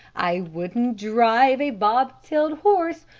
i wouldn't drive a bob-tailed horse,